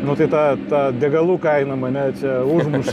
nu tai ta ta degalų kaina mane čia užmuša